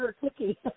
cookie